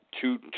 two